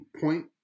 point